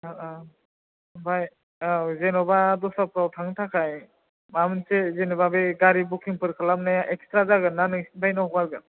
औ औ ओमफाय औ जेन'बा दस्राफ्राव थांनो थाखाय माबा मोनसे जेन'बा बे गारि बुखिंफोर खालामनाया एक्सथ्रा जागोन ना नोंसिनिफ्रायनो हगारगोन